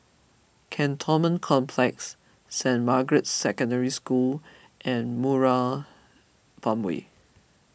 Cantonment Complex Saint Margaret's Secondary School and Murai Farmway